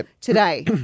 today